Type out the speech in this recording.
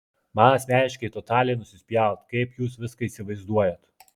man asmeniškai totaliai nusispjaut kaip jūs viską įsivaizduojat